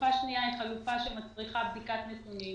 החלופה השנייה מצריכה בדיקת נתונים.